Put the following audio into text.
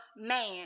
man